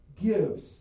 gives